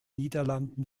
niederlanden